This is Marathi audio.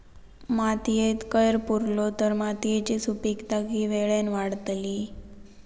मातयेत कैर पुरलो तर मातयेची सुपीकता की वेळेन वाडतली?